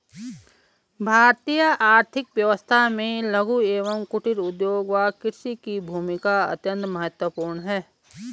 भारतीय आर्थिक व्यवस्था में लघु एवं कुटीर उद्योग व कृषि की भूमिका अत्यंत महत्वपूर्ण है